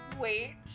wait